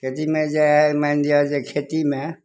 खेतीमे जे हइ मानि लिअऽ जे खेतीमे